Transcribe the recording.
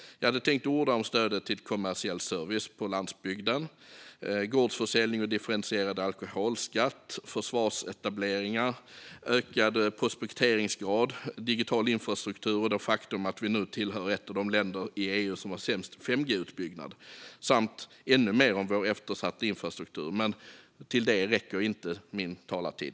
Jag hade tänkt orda om stödet till kommersiell service på landsbygden, gårdsförsäljning och differentierad alkoholskatt, försvarsetableringar, ökad prospekteringsgrad, digital infrastruktur och det faktum att vi nu tillhör de länder i EU som har sämst 5G-utbyggnad samt ännu mer om vår eftersatta infrastruktur - men till det räcker inte min talartid.